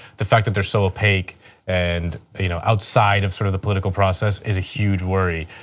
the fact that they are so opaque and you know outside of sort of the political process is a huge worry.